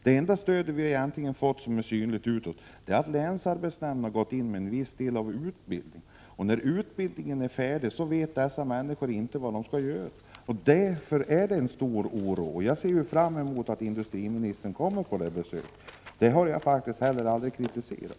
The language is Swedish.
Det enda egentliga stöd de har fått, som är synligt utåt, är att länsarbetsnämnden har gått in med viss del av kostnaderna för utbildning. Men de berörda människorna vet inte vad de skall göra när utbildningen är färdig. Därför råder stor oro. Jag ser fram mot besöket av industriministern och det har jag faktiskt heller aldrig kritiserat.